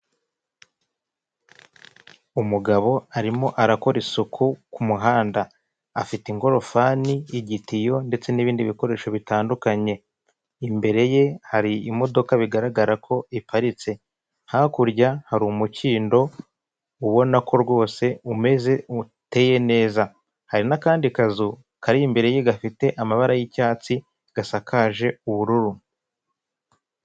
Umugabo arimo arakora isuku ku muhanda, afite ingorofani, igitiyo ndetse n'ibindi bikoresho bitandukanye, imbere ye hari imodoka bigaragara ko iparitse, hakurya hari umukindo ubona ko rwose umeze uteye neza, hari n'akandi kazu kari imbere ye gafite amabara y'icyatsi, gasakaje ubururu.